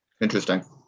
Interesting